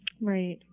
Right